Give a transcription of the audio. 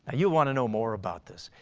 ah you'll want to know more about this.